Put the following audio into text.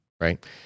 right